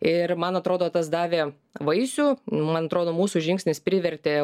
ir man atrodo tas davė vaisių man atrodo mūsų žingsnis privertė